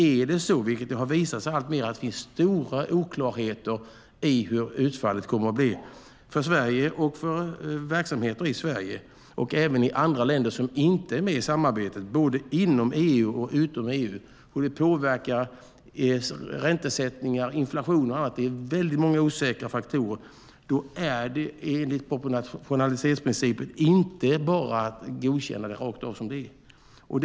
Är det så, vilket har visat sig alltmer, att det finns stora oklarheter i hur utfallet kommer att bli för Sverige och för verksamheter i Sverige och även i andra länder som inte är med i samarbetet, både inom EU och utom EU, och det påverkar räntesättning, inflation och innebär väldigt många osäkra faktorer är det enligt proportionalitetsprincipen inte bara att godkänna det rakt av som det är.